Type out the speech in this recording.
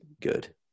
good